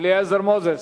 אליעזר מוזס,